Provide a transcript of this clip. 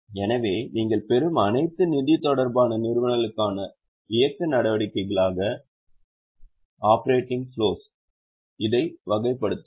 எனவே இதை நிதி தொடர்பான நிறுவனங்களுக்கான இயக்க நடவடிக்கைகளாக இதை வகைப்படுத்துவோம்